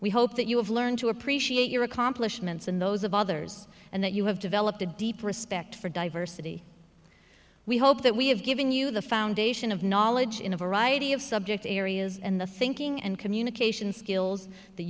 we hope that you have learned to appreciate your accomplishments and those of others and that you have developed a deep respect for diversity we hope that we have given you the foundation of knowledge in a variety of subject areas and the thinking and communication skills that